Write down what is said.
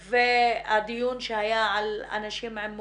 הדיון שהיה על אנשים עם מוגבלויות,